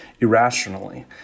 irrationally